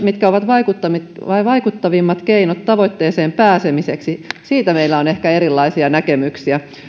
mitkä ovat vaikuttavimmat keinot tavoitteeseen pääsemiseksi meillä on ehkä erilaisia näkemyksiä